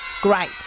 Great